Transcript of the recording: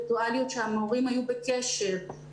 זאת שאנחנו מדברים על החלטה כללית להחזיר את החינוך המיוחד,